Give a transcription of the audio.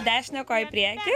dešinę koją į priekį